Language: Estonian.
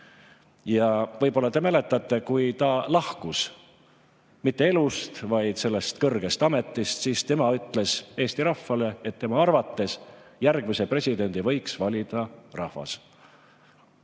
Ja võib-olla te mäletate, kui ta lahkus – mitte elust, vaid sellest kõrgest ametist –, siis tema ütles Eesti rahvale, et tema arvates järgmise presidendi võiks valida rahvas.